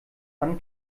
dann